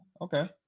okay